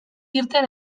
irten